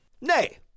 Nay